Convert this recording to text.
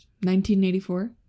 1984